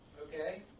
Okay